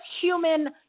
human